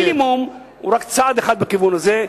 שכר המינימום הוא רק צעד אחד בכיוון הזה,